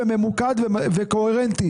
ממוקד וקוהרנטי